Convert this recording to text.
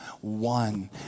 one